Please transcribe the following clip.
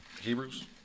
Hebrews